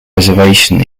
reservation